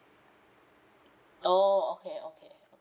oh okay okay